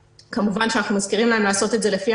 כמובן שאנחנו מזכירים להם לעשות את זה לפי